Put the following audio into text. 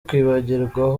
kwibagirwa